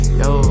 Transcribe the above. yo